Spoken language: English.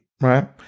Right